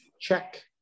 check